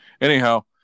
anyhow